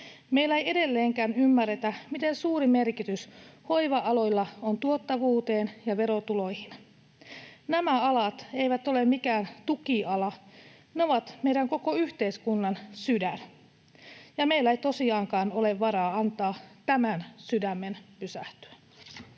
Meillä ei edelleenkään ymmärretä, miten suuri merkitys hoiva-aloilla on tuottavuuden ja verotulojen kannalta. Nämä alat eivät ole mikään tukiala. Ne ovat meidän koko yhteiskuntamme sydän, ja meillä ei tosiaankaan ole varaa antaa tämän sydämen pysähtyä.